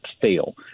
fail